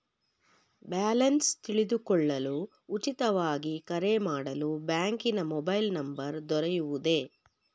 Balance ತಿಳಿದುಕೊಳ್ಳಲು ಉಚಿತವಾಗಿ ಕರೆ ಮಾಡಲು ಬ್ಯಾಂಕಿನ ಮೊಬೈಲ್ ನಂಬರ್ ದೊರೆಯುವುದೇ?